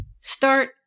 Start